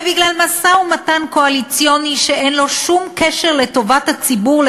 ובגלל משא-ומתן קואליציוני שאין לו שום קשר לטובת הציבור,